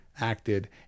acted